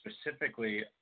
specifically